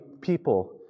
people